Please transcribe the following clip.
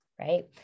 right